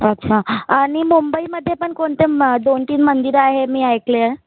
अच्छा आणि मुंबईमध्ये पण कोणते म् दोन तीन मंदिर आहे मी ऐकले आहे